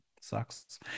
sucks